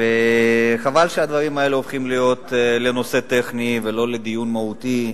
חבל שהדברים האלה הופכים להיות לנושא טכני ולא לדיון מהותי,